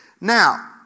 Now